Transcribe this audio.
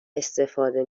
استفاده